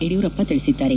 ಯುಡಿಯೂರಪ್ಪ ತಿಳಿಸಿದ್ದಾರೆ